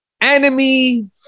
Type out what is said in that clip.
enemy